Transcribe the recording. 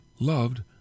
loved